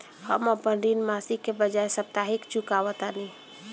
हम अपन ऋण मासिक के बजाय साप्ताहिक चुकावतानी